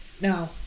No